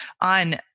on